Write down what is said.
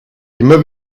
immer